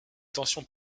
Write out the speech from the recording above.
tensions